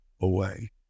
away